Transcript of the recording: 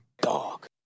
Dog